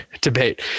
debate